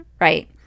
right